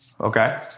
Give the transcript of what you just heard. Okay